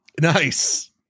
Nice